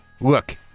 look